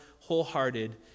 wholehearted